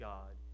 God